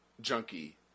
junkie